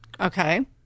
Okay